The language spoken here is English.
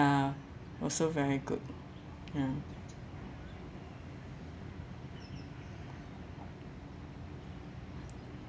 also very good ya